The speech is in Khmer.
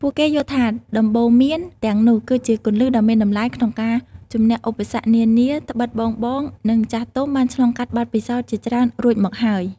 ពួកគេយល់ថាដំបូន្មានទាំងនោះគឺជា គន្លឹះដ៏មានតម្លៃ ក្នុងការជម្នះឧបសគ្គនានា ដ្បិតបងៗ និងចាស់ទុំបានឆ្លងកាត់បទពិសោធន៍ជាច្រើនរួចមកហើយ។